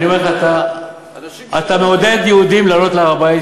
אני אומר לך, אתה מעודד יהודים לעלות להר-הבית.